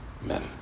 man